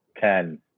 Ten